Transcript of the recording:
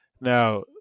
Now